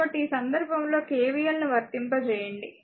కాబట్టి ఈ సందర్భంలో KVL ను వర్తింపజేయండి